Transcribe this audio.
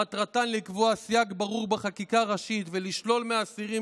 מטרתן לקבוע סייג ברור בחקיקה ראשית ולשלול מהאסירים